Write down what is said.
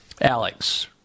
alex